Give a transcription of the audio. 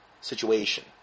situation